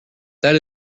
that